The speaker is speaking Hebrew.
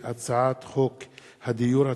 הצעת חוק שמירת הניקיון (תיקון,